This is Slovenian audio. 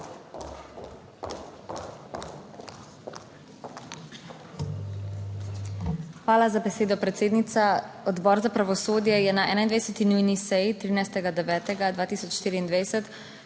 Hvala za besedo, predsednica. Odbor za pravosodje je na 21. nujni seji 13. 9. 2024